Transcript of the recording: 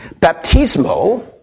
baptismo